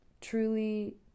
truly